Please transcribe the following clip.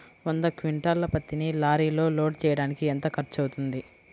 వంద క్వింటాళ్ల పత్తిని లారీలో లోడ్ చేయడానికి ఎంత ఖర్చవుతుంది?